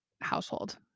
household